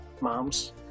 Moms